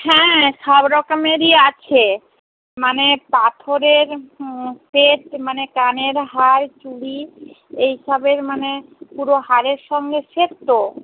হ্যাঁ সব রকমেরই আছে মানে পাথরের সেট মানে কানের হার চুড়ি এইসবের মানে পুরো হারের সঙ্গে সেট তো